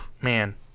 Man